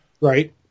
Right